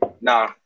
Nah